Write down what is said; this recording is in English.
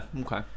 okay